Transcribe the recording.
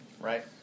right